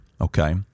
Okay